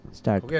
start